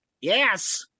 Yes